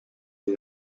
and